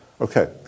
Okay